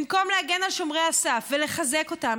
במקום להגן על שומרי הסף ולחזק אותם,